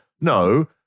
No